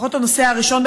לפחות הנושא הראשון,